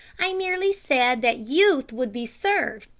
i merely said that youth would be served,